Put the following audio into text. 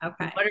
Okay